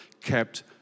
kept